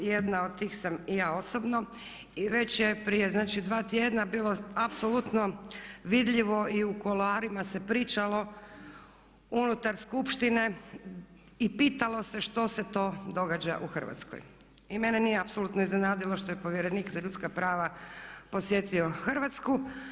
Jedna od tih sam i ja osobno i već je prije dva tjedna bilo apsolutno vidljivo i u kuloarima se pričalo unutar skupštine i pitalo se što se to događa u Hrvatskoj i mene nije apsolutno iznenadilo što je povjerenik za ljudska prava podsjetio Hrvatsku.